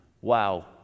wow